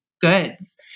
goods